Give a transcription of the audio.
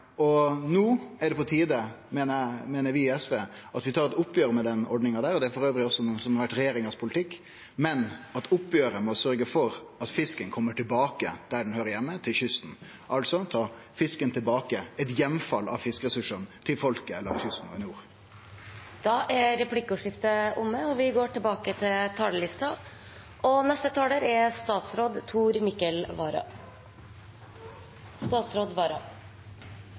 hyse. No er det på tide, meiner vi i SV, at vi tar eit oppgjer med denne ordninga – og det er elles også noko som har vore regjeringa sin politikk – men oppgjeret må sørgje for at fisken kjem tilbake der han høyrer heime, til kysten. Ein må altså ta fisken tilbake, eit heimfall av fiskeressursane til folket langs kysten i nord. Replikkordskiftet er omme. Statens mest grunnleggende oppgave er å trygge sine borgere. Det er hele utgangspunktet for hvorfor mennesker søker sammen i et samfunn. Sikkerhet og beredskap er